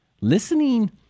Listening